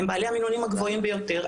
הם בעלי המינונים הגבוהים ביותר.